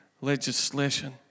legislation